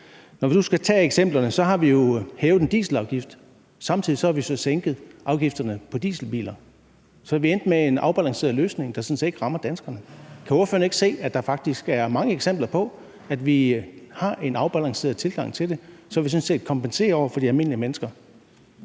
Når vi nu skal tage eksemplerne, har vi jo hævet dieselafgiften. Samtidig har vi så sænket afgifterne på dieselbiler, så vi er endt med en afbalanceret løsning, der sådan set ikke rammer danskerne. Kan ordføreren ikke se, at der faktisk er mange eksempler på, at vi har en afbalanceret tilgang til det, så vi sådan set kompenserer over for de almindelige mennesker?